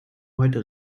heute